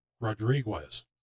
Rodriguez